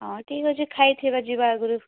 ହଁ ଠିକ୍ ଅଛି ଖାଇଥିବା ଯିବା ଆଗରୁ